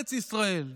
ארץ ישראל,